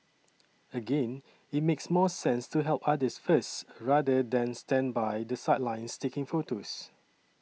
again it makes more sense to help others first rather than stand by the sidelines taking photos